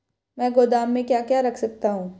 मैं गोदाम में क्या क्या रख सकता हूँ?